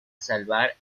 salvar